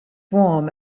warm